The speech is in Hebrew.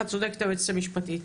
צודקת היועצת המשפטית,